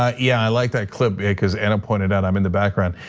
ah yeah, i like that clip, cuz anna pointed out i'm in the background.